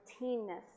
routineness